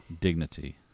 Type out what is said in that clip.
dignity